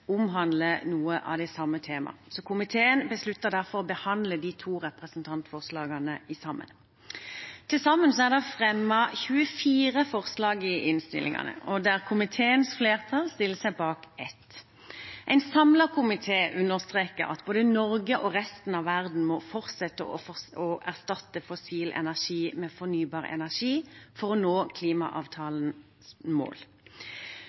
omhandler noen av de samme temaene, så komiteen besluttet derfor å behandle de to representantforslagene sammen. Til sammen er det fremmet 24 forslag i innstillingen, der komiteens flertall stiller seg bak ett. En samlet komité understreker at både Norge og resten av verden må fortsette å erstatte fossil energi med fornybar energi for å nå klimaavtalens mål.